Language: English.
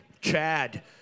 Chad